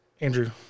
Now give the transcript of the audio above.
Andrew